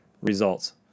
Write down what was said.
results